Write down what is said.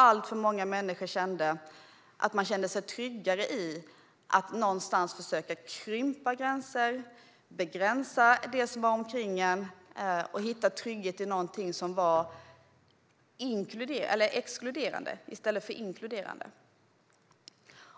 Alltför många kände sig tryggare med att krympa gränserna, begränsa det som finns omkring dem och hitta trygghet i något exkluderande i stället för något inkluderande.